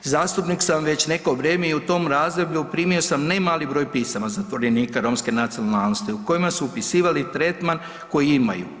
Zastupnik sam već neko vrijeme i u tom razdoblju primio sam ne mali broj pisama zatvorenika Romske nacionalnosti u kojima su opisivali tretman koji imaju.